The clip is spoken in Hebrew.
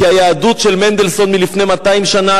כי היהדות של מנדלסון מלפני 200 שנה,